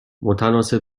متناسب